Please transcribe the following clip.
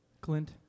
Clint